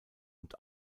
und